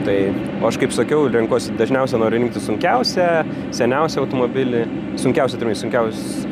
tai o aš kaip sakiau renkuosi dažniausia noriu rinktis sunkiausią seniausią automobilį sunkiausiu turbūt sunkiaus